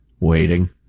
Waiting